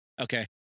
Okay